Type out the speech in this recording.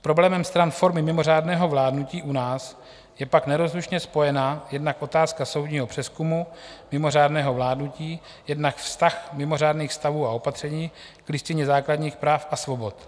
S problémem stran formy mimořádného vládnutí u nás je pak nerozlučně spojena jednak otázka soudního přezkumu mimořádného vládnutí, jednak vztah mimořádných stavů a opatření k Listině základních práv a svobod.